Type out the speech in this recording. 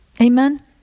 Amen